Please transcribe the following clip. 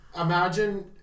imagine